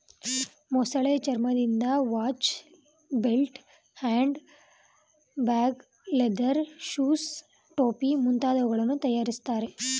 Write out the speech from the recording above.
ಮೊಸಳೆ ಚರ್ಮದಿಂದ ವಾಚ್ನ belt, hand bag, leather shoes, ಟೋಪಿ ಮುಂತಾದವುಗಳನ್ನು ತರಯಾರಿಸ್ತರೆ